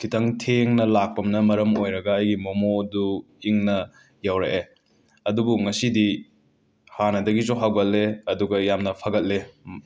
ꯈꯤꯠꯇꯪ ꯊꯦꯡꯅ ꯂꯥꯛꯄꯅ ꯃꯔꯝ ꯑꯣꯏꯔꯒ ꯑꯩꯒꯤ ꯃꯣꯃꯣꯗꯨ ꯏꯪꯅ ꯌꯧꯔꯛꯑꯦ ꯑꯗꯨꯕꯨ ꯉꯁꯤꯗꯤ ꯍꯥꯟꯗꯒꯤꯁꯨ ꯍꯥꯎꯒꯜꯂꯦ ꯑꯗꯨꯒ ꯌꯥꯝꯅ ꯐꯒꯠꯂꯦ